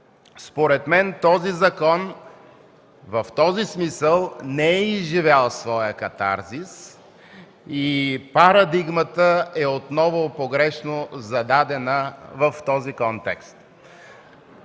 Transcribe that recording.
Според мен законът в този смисъл не е изживял своя катарзис и парадигмата е отново погрешно зададена в този контекст.